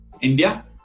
India